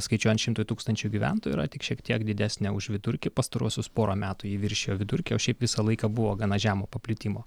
skaičiuojant šimtui tūkstančių gyventojų yra tik šiek tiek didesnė už vidurkį pastaruosius porą metų ji viršijo vidurkį o šiaip visą laiką buvo gana žemo paplitimo